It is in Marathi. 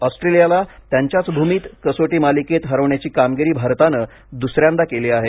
ऑस्ट्रेलियाला त्यांच्याच भूमीत कसोटी मालिकेत हरवण्याची कामगिरी भारतानं दुसऱ्यांदा केली आहे